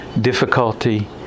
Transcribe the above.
difficulty